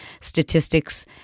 Statistics